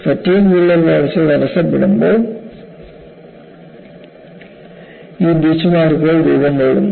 fatigue വിള്ളൽ വളർച്ച തടസ്സപ്പെടുമ്പോൾ ഈ ബീച്ച്മാർക്കുകൾ രൂപം കൊള്ളുന്നു